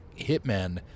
hitmen